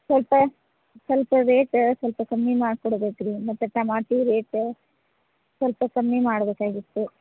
ಸ್ವಲ್ಪ ಸ್ವಲ್ಪ ರೇಟು ಸ್ವಲ್ಪ ಕಮ್ಮಿ ಮಾಡಿ ಕೊಡ್ಬೇಕು ರೀ ಮತ್ತೆ ಟಮಾಟಿ ರೇಟ ಸ್ವಲ್ಪ ಕಮ್ಮಿ ಮಾಡಬೇಕಾಗಿತ್ತು